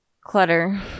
clutter